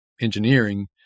engineering